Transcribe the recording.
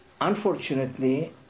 unfortunately